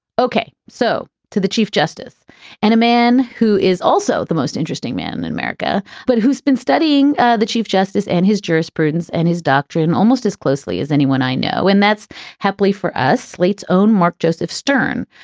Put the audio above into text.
ok, so to the chief justice and a man who is also the most interesting man in america, but who's been studying ah the chief justice and his jurisprudence and his doctrine almost as closely as anyone i know. and that's happily for us. slate's own mark joseph stern.